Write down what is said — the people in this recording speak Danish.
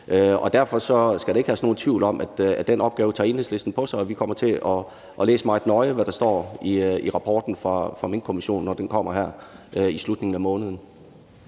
Derfor skal der ikke herske nogen tvivl om, at Enhedslisten tager den opgave på sig, og at vi kommer til at læse meget nøje, hvad der står i rapporten fra minkkommissionen, når den kommer her i slutningen af måneden.